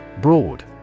Broad